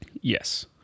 Yes